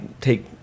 take